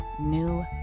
new